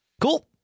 cool